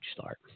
start